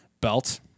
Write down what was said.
Belt